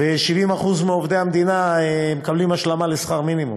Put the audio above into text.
ו-70% מעובדי המדינה מקבלים השלמה לשכר מינימום.